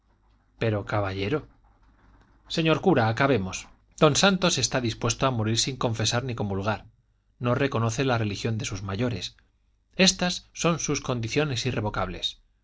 pero caballero señor cura acabemos don santos está dispuesto a morir sin confesar ni comulgar no reconoce la religión de sus mayores estas son sus condiciones irrevocables